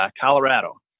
Colorado